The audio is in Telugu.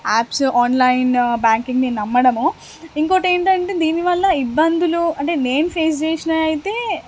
యాప్స్ ఆన్లైన్ బ్యాంకింగ్ని నమ్మడము ఇంకోటేంటంటే దీనివల్ల ఇబ్బందులు అంటే నేను ఫేస్ చేసినయితే